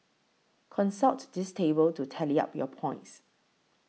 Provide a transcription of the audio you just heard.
consult this table to tally up your points